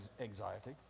anxiety